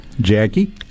Jackie